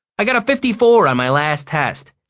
i got a fifty-four on my last test.